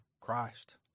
christ